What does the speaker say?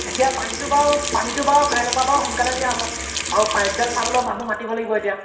এতিয়া পানীটো বাৰু পানীটো বাৰু কাইলৈ পৰা বাৰু সোনকালে দিয়া হ'ব আৰু পাইপডাল চাবলৈ মানুহ মাতিব লাগিব এতিয়া